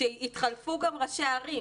כאשר התחלפו גם ראשי הערים.